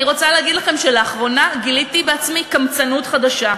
אני רוצה להגיד לכם שלאחרונה גיליתי בעצמי קמצנות חדשה,